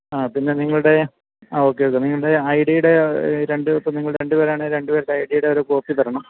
ആ പിന്നെ നിങ്ങളുടെ ആ ഓക്കെ ഓക്കേ നിങ്ങളുടെ ഐ ഡിടെ രണ്ടും ഇപ്പം നിങ്ങൾ രണ്ട് പേരാണ് രണ്ട് പേരുടെയും ഐ ഡിടെ ഓരോ കോപ്പി തരണം